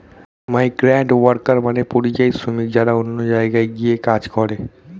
migrant worker মানে পরিযায়ী শ্রমিক যারা অন্য জায়গায় গিয়ে কাজ করে